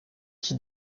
qui